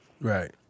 right